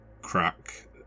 crack